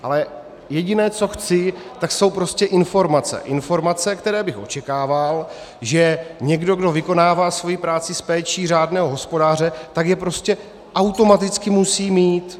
Ale jediné, co chci, jsou prostě informace, informace, které bych očekával, že někdo, kdo vykonává svoji práci s péčí řádného hospodáře, prostě automaticky musí mít.